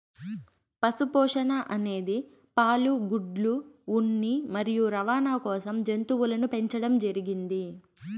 పశు పోషణ అనేది పాలు, గుడ్లు, ఉన్ని మరియు రవాణ కోసం జంతువులను పెంచండం జరిగింది